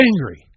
angry